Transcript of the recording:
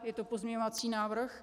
Je to pozměňovací návrh.